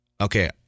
okay